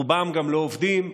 רובם גם לא עובדים,